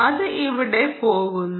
അത് ഇവിടെ പോകുന്നു